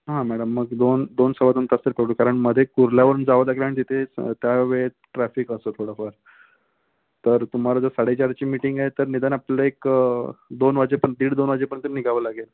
हां मॅडम मग दोन दोन सव्वा दोन तास तरी पकडू कारण मध्ये कुर्ल्यावरून जावं लागेल आणि तिथे त्या वेळेत ट्राफिक असतो थोडाफार तर तुम्हाला जर साडे चारची मीटिंग आहे तर निदान आपल्याला एक दोन वाजेपर्यंत दीड दोन वाजेपर्यंत निघावं लागेल